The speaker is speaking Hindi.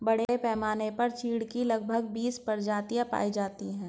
बड़े पैमाने पर चीढ की लगभग बीस प्रजातियां पाई जाती है